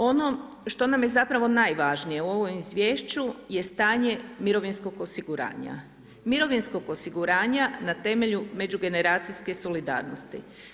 Ono što nam je zapravo najvažnije u ovom izvješću je stanje mirovinskog osiguranja, mirovinskog osiguranja na temelju međugeneracijske solidarnosti.